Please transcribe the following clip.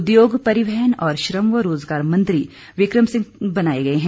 उद्योग परिवहन और श्रम व रोजगार मंत्री बिक्रम सिंह बनाये गये हैं